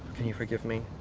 can you forgive me?